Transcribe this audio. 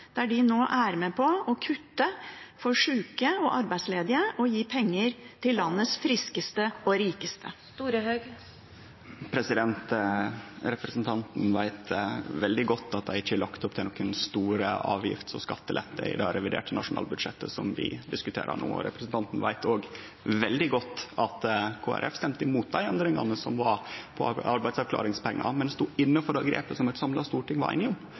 er med på å kutte i tilbudet til sjuke og arbeidsledige og gi penger til landets friskeste og rikeste? Representanten veit veldig godt at det ikkje er lagt opp til store avgifts- og skattelettar i det reviderte nasjonalbudsjettet som vi diskuterer no. Representanten veit òg veldig godt at Kristeleg Folkeparti stemde imot endringane i arbeidsavklaringspengane, men stod inne for det som eit samla storting var einige om